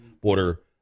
border